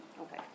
Okay